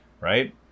right